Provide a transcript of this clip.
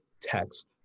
text